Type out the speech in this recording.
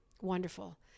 wonderful